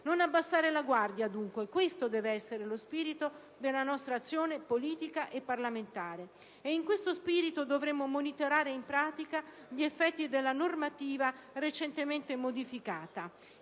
Non abbassare la guardia, dunque. Questo deve essere lo spirito della nostra azione politica e parlamentare. E in questo spirito dovremo monitorare in pratica gli effetti della normativa recentemente modificata.